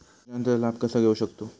योजनांचा लाभ कसा घेऊ शकतू?